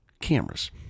cameras